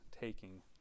taking